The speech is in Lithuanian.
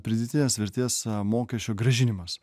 pridėtinės vertės mokesčio grąžinimas